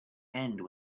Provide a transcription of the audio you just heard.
end